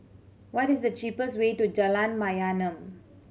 what is the cheapest way to Jalan Mayaanam